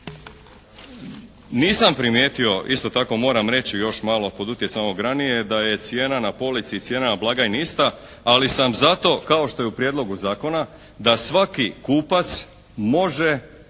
Nisam primijetio isto tako moram reći još malo pod utjecajem onog ranije da je cijena na polici i cijena na blagajni ista ali sam zato kao što je u prijedlogu zakona da svaki kupac može